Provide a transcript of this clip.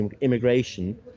immigration